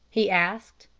he asked.